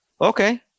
okay